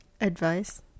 advice